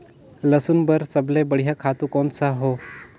लसुन बार सबले बढ़िया खातु कोन सा हो?